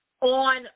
on